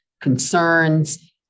concerns